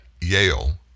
Yale